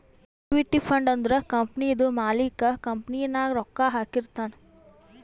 equity fund ಅಂದುರ್ ಕಂಪನಿದು ಮಾಲಿಕ್ಕ್ ಕಂಪನಿ ನಾಗ್ ರೊಕ್ಕಾ ಹಾಕಿರ್ತಾನ್